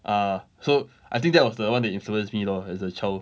ah so I think that was the one that influence me lor as a child